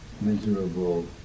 miserable